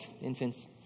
infants